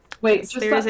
Wait